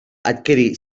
adquirir